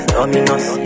Domino's